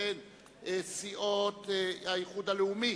והן הסיעות האיחוד הלאומי,